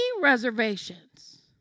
reservations